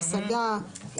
השגה,